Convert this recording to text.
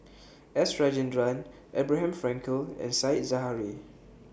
S Rajendran Abraham Frankel and Said Zahari